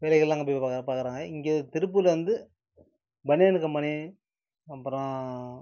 வேலைகள்லாம் அங்கே போய் பார்க்க பார்க்கறாங்க இங்கே திருப்பூரில் வந்து பனியன் கம்பெனி அப்பறம்